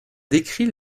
décrit